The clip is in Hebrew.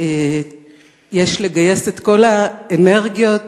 ויש לגייס את כל האנרגיות,